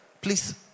Please